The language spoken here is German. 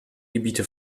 gebiete